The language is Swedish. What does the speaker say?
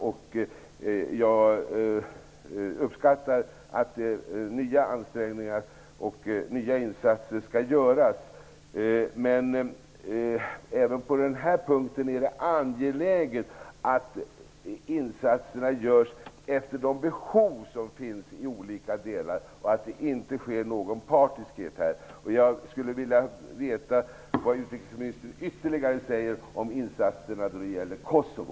Jag uppskattar att nya ansträngningar och nya insatser skall göras. Men även på den här punkten är det angeläget att insatserna görs i enlighet med de behov som finns i olika delar och att man inte är partisk. Jag skulle vilja veta vad utrikesministern säger om insatserna när det gäller Kosovo.